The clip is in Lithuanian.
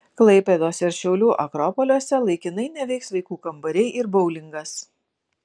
klaipėdos ir šiaulių akropoliuose laikinai neveiks vaikų kambariai ir boulingas